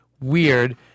weird